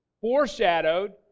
foreshadowed